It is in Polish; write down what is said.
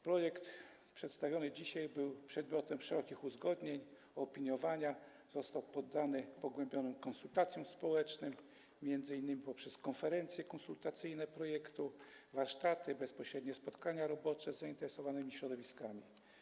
Przedstawiony dzisiaj projekt był przedmiotem szerokich uzgodnień, opiniowania, został poddany pogłębionym konsultacjom społecznym, m.in. poprzez konferencje konsultacyjne projektu, warsztaty, bezpośrednie spotkania robocze z zainteresowanymi środowiskami.